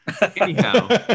Anyhow